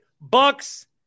Bucks